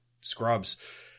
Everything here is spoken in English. scrubs